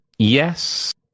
Yes